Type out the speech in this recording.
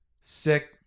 sick